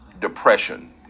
depression